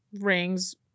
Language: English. rings